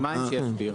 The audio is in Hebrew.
עוסקים?